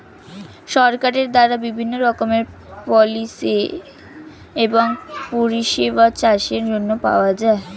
সরকারের দ্বারা বিভিন্ন রকমের পলিসি এবং পরিষেবা চাষের জন্য পাওয়া যায়